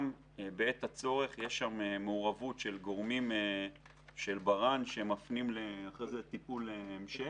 בעת הצורך יש שם גם מעורבות של גורמי בר"נ שמפנים לטיפול המשך.